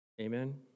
Amen